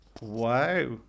Wow